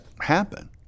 happen